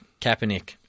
Kaepernick